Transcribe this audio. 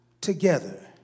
together